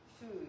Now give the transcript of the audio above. Food